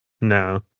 No